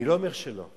אני לא אומר שלא.